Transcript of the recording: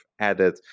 added